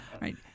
Right